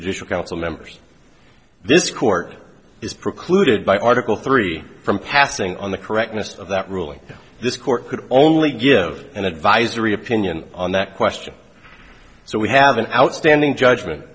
the dish of council members this court is precluded by article three from passing on the correctness of that ruling this court could only give an advisory opinion on that question so we have an outstanding judgment